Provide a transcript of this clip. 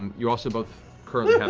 you also both currently